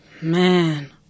Man